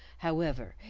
however,